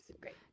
Great